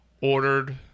ordered